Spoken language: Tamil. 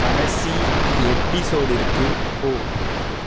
கடைசி எப்பிசோட்டிற்கு போ